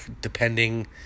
depending